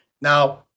Now